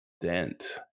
dent